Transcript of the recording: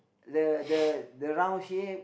the the the round shape